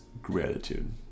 gratitude